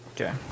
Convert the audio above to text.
Okay